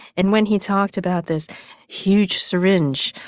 and when he talked about this huge syringe,